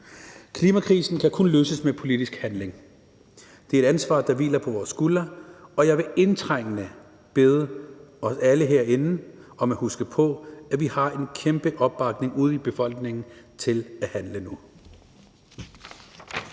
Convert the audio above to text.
Klimakrisen kan kun løses med politisk handling. Det er et ansvar, der hviler på vores skuldre, og jeg vil indtrængende bede alle herinde om at huske på, at vi har en kæmpe opbakning ude i befolkningen til at handle nu.